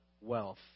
wealth